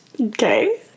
okay